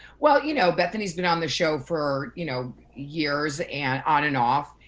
well, you know, bethany's been on the show for you know years, and on and off.